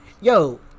Yo